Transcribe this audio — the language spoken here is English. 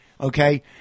okay